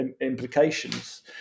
implications